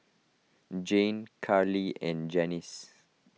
Jane Karli and Janis